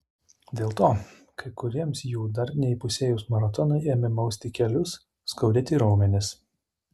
dėl to kai kuriems jų dar neįpusėjus maratonui ėmė mausti kelius skaudėti raumenis